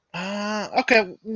okay